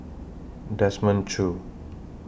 Desmond Choo